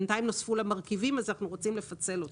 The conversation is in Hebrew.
בינתיים נוספו לה מרכיבים ואנחנו רוצים לפצל אותם.